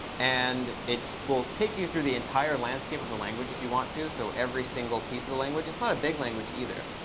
and it will take you through the entire landscape of the language if you want to. so every single piece of the language. it's not a big language either.